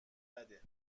بده